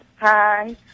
Hi